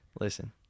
Listen